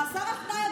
מאסר על תנאי,